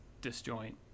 disjoint